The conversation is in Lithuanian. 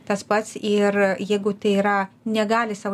tas pats ir jeigu tai yra negali sau